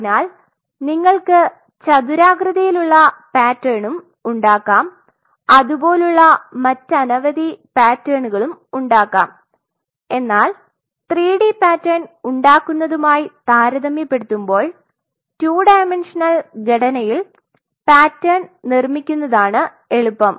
അതിനാൽ നിങ്ങൾക്ക് ചതുരാകൃതിയിൽ ഉള്ള പാറ്റേണും ഉണ്ടാകാം അതുപോലുള്ള മറ്റ് അനവധി പാറ്റേർണുകളും ഉണ്ടാകാം എന്നാൽ 3D പാറ്റേൺ ഉണ്ടാകുന്നതുമായി താരതമ്യപ്പെടുത്തുമ്പോൾ 2 ഡയമെൻഷനൽ ഘടനയിൽ പാറ്റേൺ നിര്മിക്കുന്നതാണ് എളുപ്പം